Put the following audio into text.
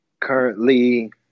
Currently